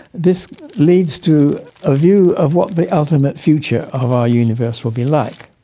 this leads to a view of what the ultimate future of our universe will be like.